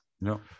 no